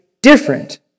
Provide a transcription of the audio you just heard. Different